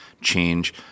change